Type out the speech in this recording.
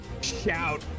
shout